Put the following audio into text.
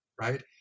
right